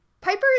Piper